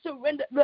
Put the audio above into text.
surrender